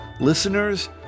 listeners